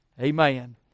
Amen